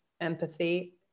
empathy